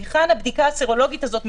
היכן הבדיקה הסרולוגית הזאת מתבצעת?